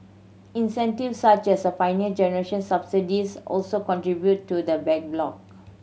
such as the Pioneer Generation subsidies also contributed to the backlog